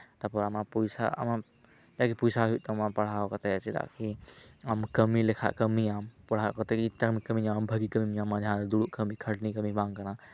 ᱛᱟᱯᱚᱨ ᱟᱢᱟᱜ ᱯᱚᱭᱥᱟ ᱡᱟᱜᱮ ᱯᱚᱭᱥᱟ ᱦᱩᱭᱩᱜ ᱛᱟᱢᱟ ᱯᱟᱲᱦᱟᱣ ᱠᱟᱛᱮᱫ ᱪᱮᱫᱟᱜ ᱠᱤ ᱟᱢ ᱠᱟᱹᱢᱤ ᱞᱮᱠᱷᱟᱱ ᱠᱟᱹᱢᱤᱭᱟᱢ ᱯᱟᱲᱦᱟᱣ ᱠᱟᱛᱮᱫ ᱜᱮ ᱠᱟᱹᱢᱤᱢ ᱧᱟᱢᱟ ᱡᱟᱦᱟᱸ ᱫᱚ ᱫᱩᱲᱩ ᱠᱟᱹᱢᱤ ᱠᱷᱟᱹᱱᱤ ᱠᱟᱹᱢᱤ ᱵᱟᱝᱠᱟᱱᱟ